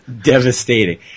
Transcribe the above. Devastating